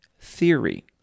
theory